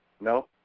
No